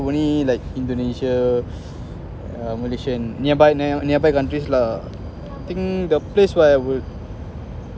only like indonesia uh malaysian nearby lah nearby countries lah think the place where I would